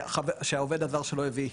שהעובד הזר שלו הביא,